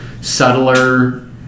subtler